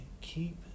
keep